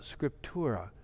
Scriptura